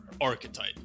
archetype